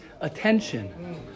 attention